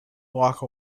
walk